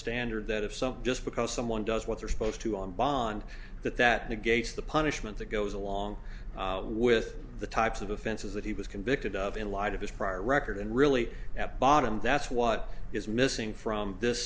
standard that if something just because someone does what they're supposed to on bond that that negates the punishment that goes along with the types of offenses that he was convicted of in light of his prior record and really at bottom that's what is missing from this